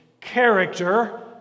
Character